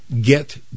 get